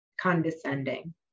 condescending